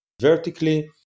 vertically